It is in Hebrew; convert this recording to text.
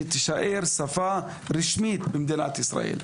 שתישאר שפה רשמית במדינת ישראל.